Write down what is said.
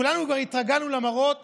כולנו כבר התרגלנו למראות